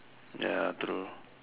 ya true